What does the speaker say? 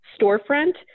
storefront